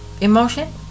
emotion